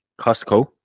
Costco